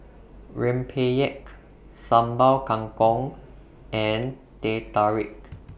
Rempeyek Sambal Kangkong and Teh Tarik